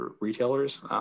retailers